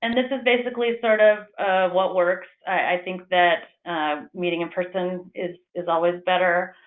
and this is basically sort of what works. i think that meeting in person is is always better.